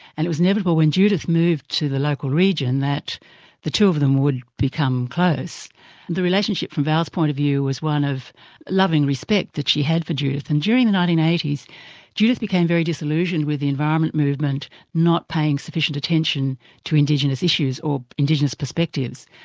and it was inevitable when judith moved to the local region that the two of them would become close. and the relationship from val's point of view was one of loving respect that she had for judith. and during the nineteen eighty s judith became very disillusioned with the environment movement not paying sufficient attention to indigenous issues or indigenous perspectives.